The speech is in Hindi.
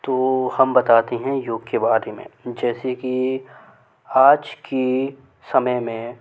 तो हम बताते हैं योग के बारे में जैसे की आज के समय में